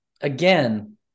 again